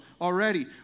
already